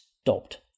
stopped